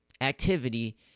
activity